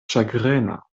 ĉagrena